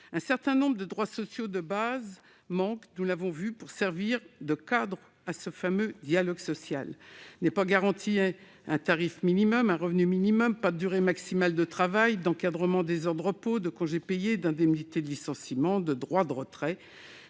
Un certain nombre de droits sociaux de base manquent pour servir de cadre à ce fameux dialogue social. Il n'y a pas de garantie d'un tarif ou d'un revenu minimum, d'une durée maximale de travail, d'un encadrement des heures de repos, de congés payés, d'indemnités de licenciement, de droit de retrait.